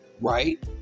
right